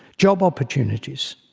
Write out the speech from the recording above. job opportunities.